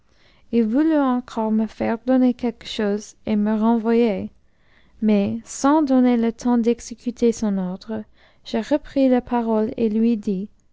h voulut encore me faire donner quelque chose et me renvoyer mais sans donner le temps d'exécuter son ordre je repris la parole et lui dis